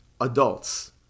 adults